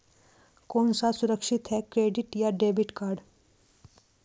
कौन सा सुरक्षित है क्रेडिट या डेबिट कार्ड?